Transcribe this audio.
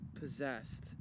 possessed